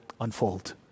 unfold